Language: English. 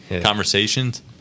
conversations